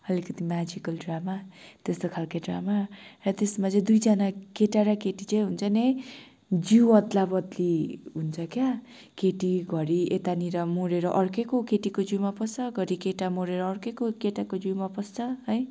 अलिकति magical drama त्यस्तो खाले ड्रामा ह्या त्यस्तोमा चाहिँ दुइजना केटा र केटी चाहिँ हुन्छ नि है जिउ अद्ला बद्ली हुन्छ क्या केटी घरी यतानेर मरेर अर्कैको केटीको जिउमा पस्छ घरी केटा मरेर अर्कैको केटाको जिउमा पस्छ है